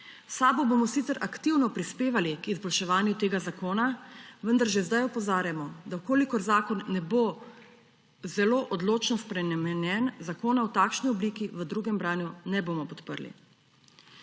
SAB bomo sicer aktivno prispevali k izboljševanju tega zakona, vendar že zdaj opozarjamo, da v kolikor zakon ne bo zelo odločno spremenjen, zakona v takšni obliki v drugem branju ne bomo podprli.